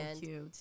cute